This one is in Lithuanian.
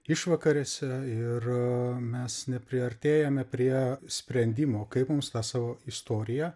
išvakarėse ir mes nepriartėjame prie sprendimo kaip mums tą savo istoriją